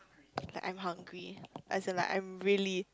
like I'm hungry as in like I'm really